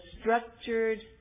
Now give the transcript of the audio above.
structured